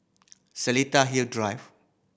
Seletar Hill Drive